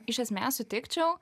iš esmės sutikčiau